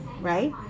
right